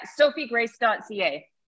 sophiegrace.ca